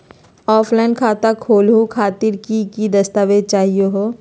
Offline खाता खोलहु खातिर की की दस्तावेज चाहीयो हो?